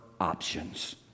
options